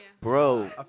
bro